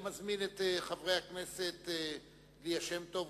אני מזמין את חברת הכנסת ליה שמטוב,